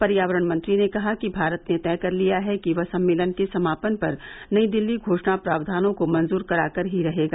पर्यावरण मंत्री ने कहा कि भारत ने तय कर लिया है कि वह सम्मेलन के समापन पर नई दिल्ली घोषणा प्रावधानों को मंजूर कराकर ही रहेगा